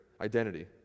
identity